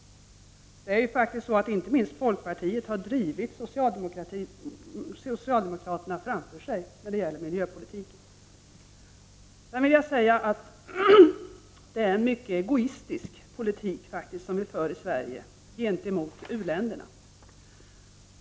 Inte minst folkpartiet har drivit socialdemokraterna framför sig när det gäller miljöpolitiken. Sedan vill jag säga att det faktiskt är en mycket egoistisk politik som vi för i Sverige gentemot u-länderna.